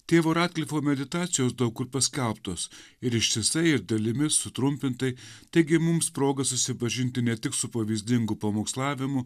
tėvo radklifo meditacijos daug kur paskelbtos ir ištisai ir dalimis sutrumpintai taigi mums proga susipažinti ne tik su pavyzdingu pamokslavimu